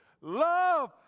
Love